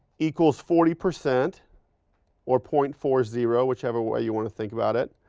equals forty percent or point four zero, whichever way you want to think about it.